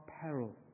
peril